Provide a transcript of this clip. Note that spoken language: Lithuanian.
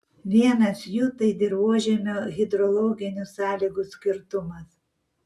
vienas jų tai dirvožemio hidrologinių sąlygų skirtumas